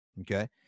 Okay